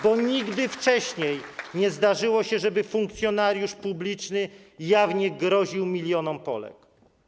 Bo nigdy wcześniej nie zdarzyło się, żeby funkcjonariusz publiczny jawnie groził milionom Polek.